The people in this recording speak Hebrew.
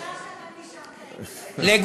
לגופו של, העיקר שאתה נשארת, לגופו,